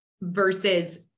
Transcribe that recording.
versus